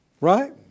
right